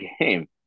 game